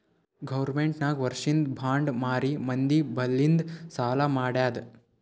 government ನಾಕ್ ವರ್ಷಿಂದ್ bond ಮಾರಿ ಮಂದಿ ಬಲ್ಲಿಂದ್ ಸಾಲಾ ಮಾಡ್ಯಾದ್